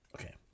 Okay